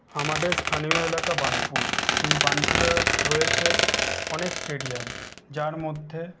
আমাদের স্থানীয় এলাকা বার্নপুর এই বার্নপুরে রয়েছে অনেক স্টেডিয়াম যার মধ্যে